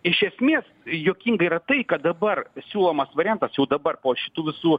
iš esmės juokinga yra tai kad dabar siūlomas variantas jau dabar po šitų visų